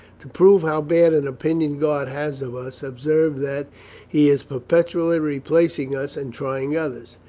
to prove how bad an opinion god has of us, observe that he is per petually replacing us and trying others.